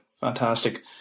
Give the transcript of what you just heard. Fantastic